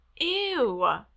ew